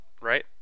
right